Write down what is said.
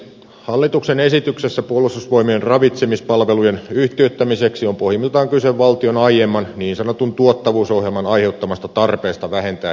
hallituksen esityksessä puolustusvoimien ravitsemispalvelujen yhtiöittämiseksi on pohjimmiltaan kyse valtion aiemman niin sanotun tuottavuusohjelman aiheuttamasta tarpeesta vähentää henkilötyövuosia